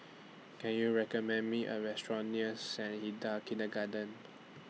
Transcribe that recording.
Can YOU recommend Me A Restaurant near Saint Hilda's Kindergarten